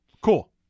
Cool